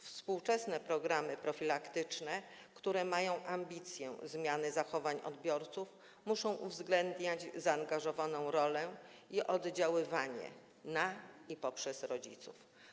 Współczesne programy profilaktyczne, które mają ambicję zmiany zachowań odbiorców, muszą uwzględniać zaangażowaną rolę i oddziaływanie na i poprzez rodziców.